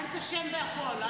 גנץ אשם בכול.